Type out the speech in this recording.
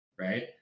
Right